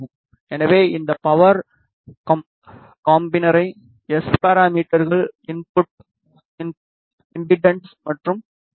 எனவே இந்த பவர் காம்பினரை எஸ் பாராமீட்டர்கள் இன்புட் இம்படன்ஸ் மற்றும் வி